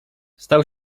stał